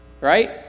right